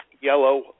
yellow